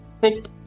fit